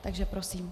Takže prosím.